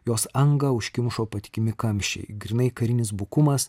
jos angą užkimšo patikimi kamščiai grynai karinis bukumas